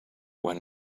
when